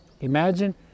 imagine